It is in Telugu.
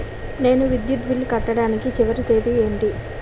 నేను విద్యుత్ బిల్లు కట్టడానికి చివరి తేదీ ఏంటి?